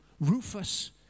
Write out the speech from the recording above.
Rufus